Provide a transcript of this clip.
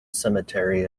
cemetery